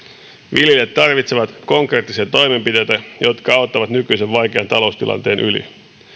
viljelijät tarvitsevat konkreettisia toimenpiteitä jotka auttavat nykyisen vaikean taloustilanteen yli